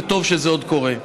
וטוב שזה עוד קורה.